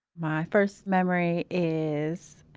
my first memory is.